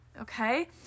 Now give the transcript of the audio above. Okay